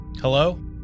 Hello